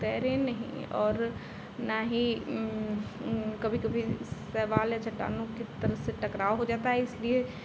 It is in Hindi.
तैरें नहीं और ना ही कभी कभी शैबाले से कानों की किसी तरह से टकराव हो जाता है इसलिए